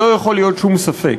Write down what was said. לא יכול להיות שום ספק,